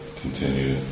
continue